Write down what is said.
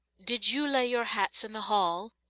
did you lay your hats in the hall?